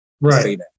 Right